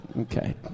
Okay